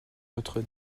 notre